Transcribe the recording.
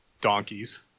donkeys